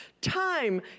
Time